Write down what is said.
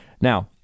Now